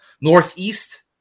northeast